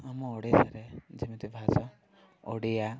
ଆମ ଓଡ଼ିଶାରେ ଯେମିତି ଭାଷା ଓଡ଼ିଆ